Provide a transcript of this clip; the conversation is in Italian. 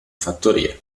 fattoria